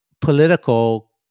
political